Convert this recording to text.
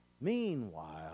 Meanwhile